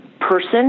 person